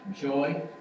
joy